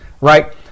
right